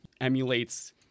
emulates